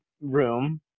room